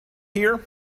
here